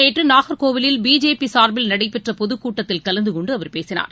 நேற்றுநாகர்கோயிலில் பிஜேபிசார்பில் நடைபெற்றபொதுக்கூட்டத்தில் கலந்துகொண்டுஅவர் பேசினார்